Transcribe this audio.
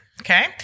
Okay